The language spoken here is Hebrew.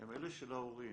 הן אלה של ההורים,